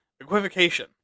equivocation